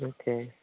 okay